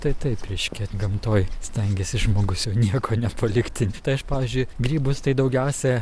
tai taip reiškia gamtoj stengiasi žmogus jau nieko nepalikti tai aš pavyzdžiui grybus tai daugiausia